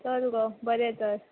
चल गो बरें तर